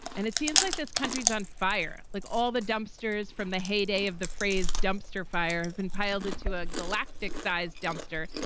and it seems like this country's on fire, like all the dumpsters from the heyday of the phrase dumpster fire have been piled into a galactic sized dumpster,